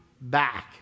back